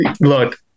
look